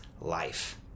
life